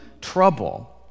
trouble